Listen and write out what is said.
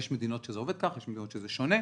יש מדינות שזה עובד כך ויש מדינות שזה שונה,